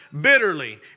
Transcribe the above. bitterly